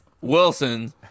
Wilson